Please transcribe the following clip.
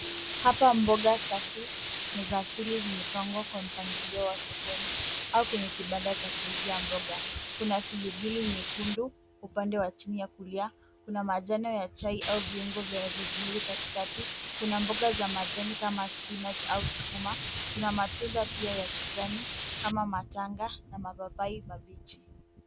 Hapa mboga safi ni za asili zimepangwa kwa mpangilio wa sokoni au kwenye kibanda cha kuuzia mboga. Kuna filigili nyekundu upande wa chini ya kulia, kuna manjano ya chai au viungo vya rosemary katikati, kuna mboga za manjani kama spinach au sukuma, kuna matunda pia ya kijani kama matanga na mapaipai mabichi.